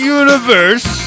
universe